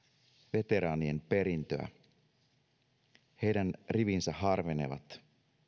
veteraanien perintöä heidän rivinsä harvenevat